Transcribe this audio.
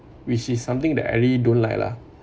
which is something that I really don't like lah ya